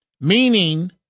meaning